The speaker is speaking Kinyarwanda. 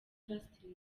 justin